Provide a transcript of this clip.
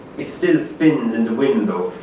it still spins in the wind though.